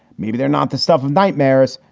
maybe they're not the stuff of nightmares.